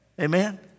Amen